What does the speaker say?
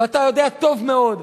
ואתה יודע טוב מאוד,